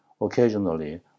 Occasionally